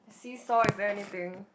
the seesaw is there anything